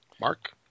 Mark